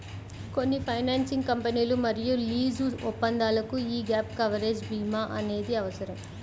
కొన్ని ఫైనాన్సింగ్ కంపెనీలు మరియు లీజు ఒప్పందాలకు యీ గ్యాప్ కవరేజ్ భీమా అనేది అవసరం